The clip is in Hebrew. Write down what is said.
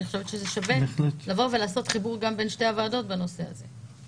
אני חושבת שזה שווה לעשות חיבור בין שתי הוועדות בנושא הזה.